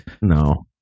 No